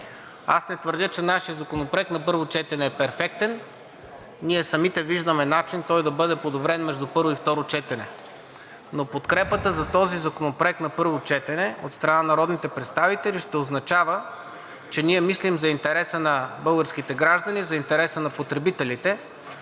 Аз не твърдя, че нашият законопроект на първо четене е перфектен, ние самите виждаме начин той да бъде подобрен между първо и второ четене. Но подкрепата за този законопроект на първо четене от страна на народните представители ще означава, че ние мислим за интереса на българските граждани, за интереса на потребителите